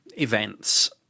events